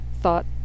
thought